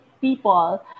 people